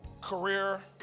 career